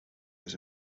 was